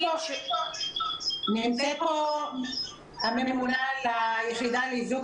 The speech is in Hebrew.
--- נמצאת פה הממונה על היחידה לאיזוק